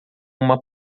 uma